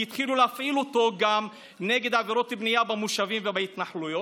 התחילו להפעיל אותו גם נגד עבירות בנייה במושבים ובהתנחלויות,